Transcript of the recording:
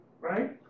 right